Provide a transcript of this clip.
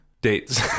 Dates